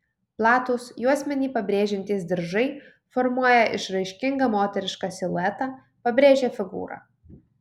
platūs juosmenį pabrėžiantys diržai formuoja išraiškingą moterišką siluetą pabrėžia figūrą